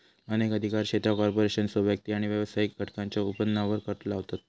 अनेक अधिकार क्षेत्रा कॉर्पोरेशनसह व्यक्ती आणि व्यावसायिक घटकांच्यो उत्पन्नावर कर लावतत